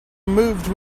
moved